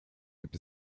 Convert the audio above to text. gibt